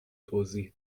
توضیح